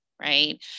right